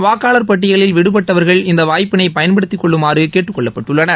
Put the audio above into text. வாக்காளர் பட்டியலில் விடுபட்டவர்கள் இந்த வாய்ப்பினை பயன்படுத்திக்கொள்ளுமாறு கேட்டுக்கொள்ளப்பட்டுள்ளனர்